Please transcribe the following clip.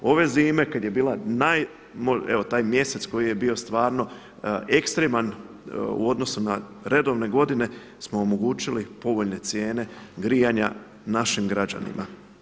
Ove zime kad je bila naj, evo taj mjesec koji je bio ekstreman u odnosu na redovne godine smo omogućili povoljne cijene grijanja našim građanima.